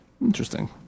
Interesting